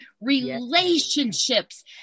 relationships